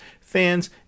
fans